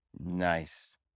Nice